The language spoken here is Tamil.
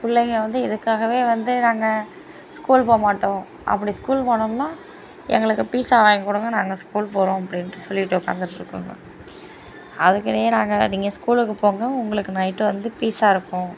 பிள்ளைங்க வந்து இதுக்காகவே வந்து நாங்கள் ஸ்கூல் போகமாட்டோம் அப்படி ஸ்கூல் போகணும்னா எங்களுக்கு பீஸா வாங்கி கொடுங்க நாங்கள் ஸ்கூல் போகிறோம் அப்படின்ட்டு சொல்லிட்டு உக்காந்துட்டிருக்குங்க அதுக்கிட்டையே நாங்கள் நீங்கள் ஸ்கூலுக்கு போங்க உங்களுக்கு நைட்டு வந்து பீஸா இருக்கும்